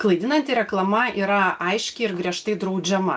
klaidinanti reklama yra aiškiai ir griežtai draudžiama